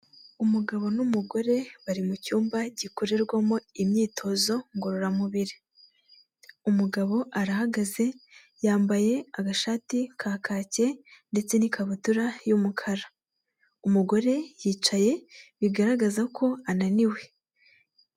Umugabo n'umugore bari mu cyumba gikorerwamo imyitozo ngororamubiri, umugabo arahagaze yambaye agashati ka kake ndetse n'ikabutura y'umukara, umugore yicaye bigaragaza ko ananiwe.